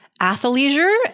athleisure